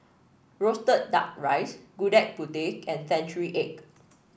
roasted duck rice Gudeg Putih and Century Egg